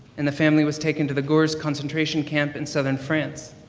and the family was taken to the gurs concentration camp in southern france.